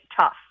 tough